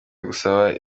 gusaba